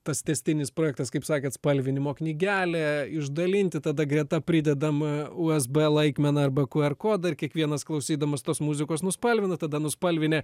tas tęstinis projektas kaip sakėt spalvinimo knygelę išdalinti tada greta pridedam usb laikmeną arba qr kodą ir kiekvienas klausydamas tos muzikos nuspalvina tada nuspalvinę